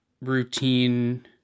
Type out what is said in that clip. routine